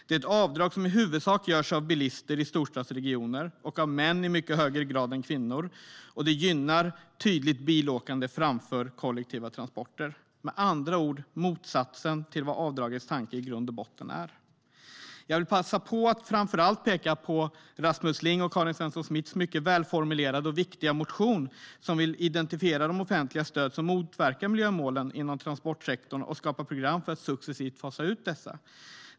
Det är ett avdrag som i huvudsak görs av bilister i storstadsregioner och görs av män i mycket högre grad än kvinnor, och det gynnar tydligt bilåkande framför kollektiva transporter. Det är med andra ord motsatsen till vad avdragets tanke i grund och botten är. Jag vill passa på att peka på framför allt Rasmus Lings och Karin Svenssons Smiths mycket välformulerade och viktiga motion, som vill identifiera de offentliga stöd som motverkar miljömålen inom transportsektorn och skapa program för att succesivt fasa ut dessa.